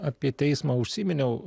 apie teismą užsiminiau